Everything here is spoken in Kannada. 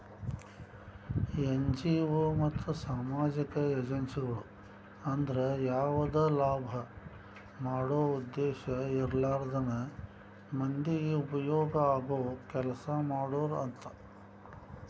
ಎನ್.ಜಿ.ಒ ಮತ್ತ ಸಾಮಾಜಿಕ ಏಜೆನ್ಸಿಗಳು ಅಂದ್ರ ಯಾವದ ಲಾಭ ಮಾಡೋ ಉದ್ದೇಶ ಇರ್ಲಾರ್ದನ ಮಂದಿಗೆ ಉಪಯೋಗ ಆಗೋ ಕೆಲಸಾ ಮಾಡೋರು ಅಂತ